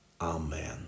Amen